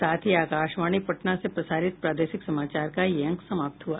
इसके साथ ही आकाशवाणी पटना से प्रसारित प्रादेशिक समाचार का ये अंक समाप्त हुआ